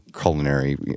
culinary